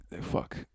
fuck